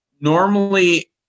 Normally